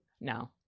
No